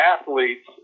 athletes